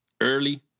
early